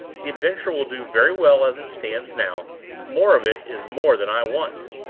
the adventure will do very well as it stands now more of it is more than i want.